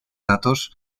datos